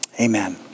amen